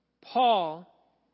Paul